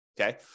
Okay